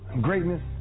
Greatness